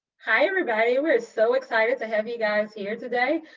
hi, everybody, we're so excited to have you guys here today.